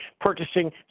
purchasing